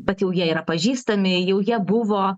bet jau jie yra pažįstami jau jie buvo